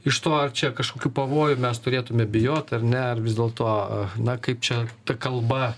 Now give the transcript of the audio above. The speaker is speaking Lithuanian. iš to ar čia kažkokių pavojų mes turėtume bijot ar ne ar vis dėlto na kaip čia ta kalba